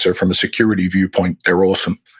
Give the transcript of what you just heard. so from a security viewpoint, they're awesome